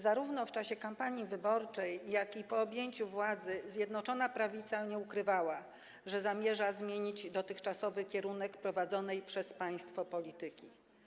Zarówno w czasie kampanii wyborczej, jak i po objęciu władzy Zjednoczona Prawica nie ukrywała, że zamierza zmienić dotychczasowy kierunek prowadzonej przez państwo polityki.